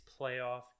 playoff